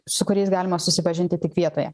su kuriais galima susipažinti tik vietoje